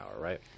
right